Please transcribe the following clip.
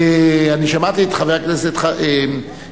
שמעתי את חבר הכנסת ברכה,